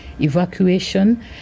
evacuation